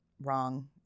Wrong